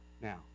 Now